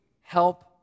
Help